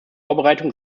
vorbereitung